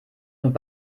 und